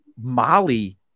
molly